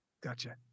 Gotcha